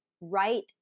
right